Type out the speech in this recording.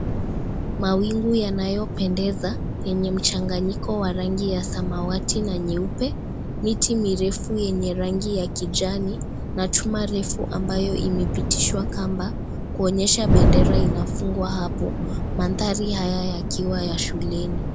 Mawingu yanayopendeza yenye mchanganyiko wa rangi ya samawati na nyupe, miti mirefu yenye rangi ya kijani, na chuma refu ambayo imipitishwa kamba, kuonyesha bendera inafungwa hapo, manthari haya yakiwa ya shuleni.